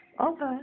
Okay